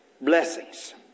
Blessings